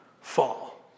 fall